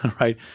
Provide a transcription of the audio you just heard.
right